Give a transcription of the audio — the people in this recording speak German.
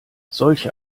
solche